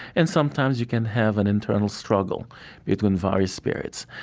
and sometimes you can have an internal struggle between various spirits.